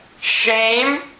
shame